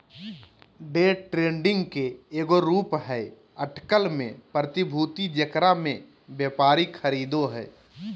day trading के एगो रूप हइ अटकल में प्रतिभूति जेकरा में व्यापारी खरीदो हइ